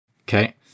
Okay